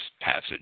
passage